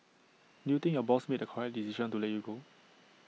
do you think your boss made the correct decision to let you go